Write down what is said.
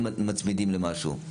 מצמידים למשהו,